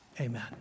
Amen